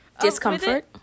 discomfort